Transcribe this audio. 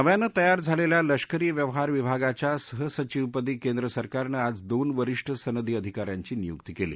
नव्यानं तयार झालेल्या लष्करी व्यवहार विभागाच्या सहसचिवपदी केंद्र सरकारनं आज दोन वरिष्ठ सनदी अधिकाऱ्यांची नियुक्ती केली